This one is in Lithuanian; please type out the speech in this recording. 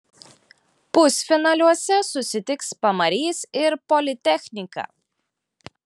pusfinaliuose susitiks pamarys ir politechnika